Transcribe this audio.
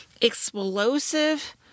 explosive